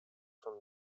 from